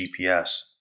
GPS